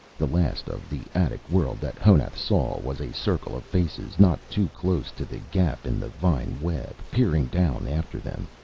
the last of the attic world that honath saw was a circle of faces, not too close to the gap in the vine web, peering down after them.